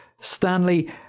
Stanley